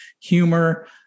humor